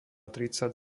tridsať